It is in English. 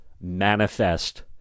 manifest